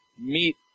meet